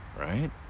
right